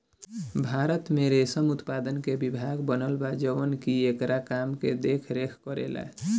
भारत में रेशम उत्पादन के विभाग बनल बा जवन की एकरा काम के देख रेख करेला